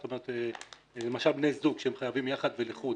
זאת אומרת, בני זוג שחייבים ביחד ולחוד